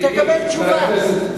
תקבל תשובה,